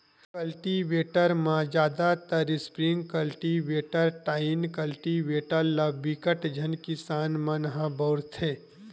cultivator म जादातर spring cultivator, tine cultivator ल बिकट झन किसान मन ह बउरथे